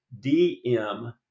DM